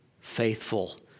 faithful